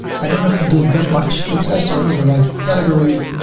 i don't have to do that much. it's also in the right category,